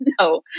No